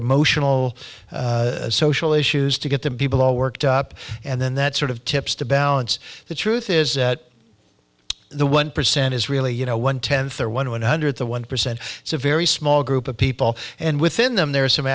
emotional social issues to get the people all worked up and then that sort of tips the balance the truth is the one percent is really you know one tenth or one one hundredth of one percent it's a very small group of people and within them there are some